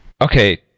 Okay